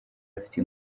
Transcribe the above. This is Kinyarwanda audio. afite